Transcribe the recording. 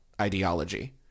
ideology